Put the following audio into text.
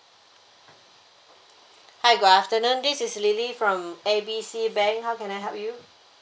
hi good afternoon this is lily from A B C bank how can I help you